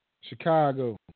Chicago